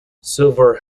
silver